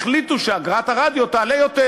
החליטו שאגרת הרדיו תעלה יותר,